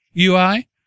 UI